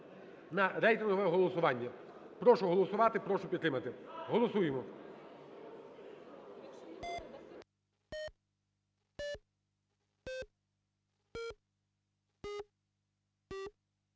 на рейтингове голосування. Прошу голосувати, прошу підтримати. Голосуємо.